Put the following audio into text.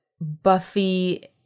Buffy